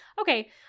Okay